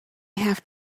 have